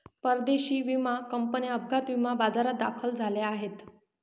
परदेशी विमा कंपन्या अपघात विमा बाजारात दाखल झाल्या आहेत